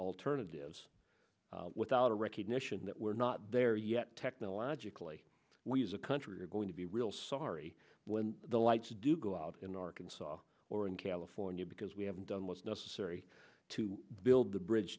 alternatives without a recognition that we're not there yet technologically we as a country are going to be real sorry when the lights do go out in arkansas or in california because we haven't done what's necessary to build the bridge